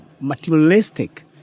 materialistic